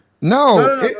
No